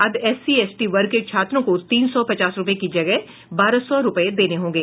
अब SC ST वर्ग के छात्रों को तीन सौ पचास रूपये की जगह बारह सौ रूपये देने होंगे